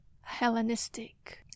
Hellenistic